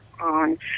on